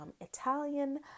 Italian